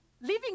living